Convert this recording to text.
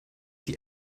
die